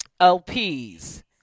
LPs